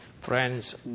Friends